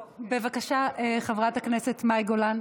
בבקשה, חברת הכנסת מאי גולן.